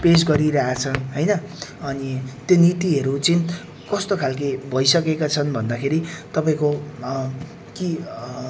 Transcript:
पेस गरिरहेको छ होइन अनि त्यो नीतिहरू चाहिँ कस्तो खालको भइसकेका छन् भन्दाखेरि तपाईँको कि